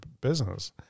business